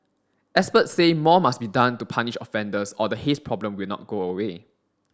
experts say more must be done to punish offenders or the haze problem will not go away